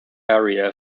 area